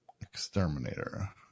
Exterminator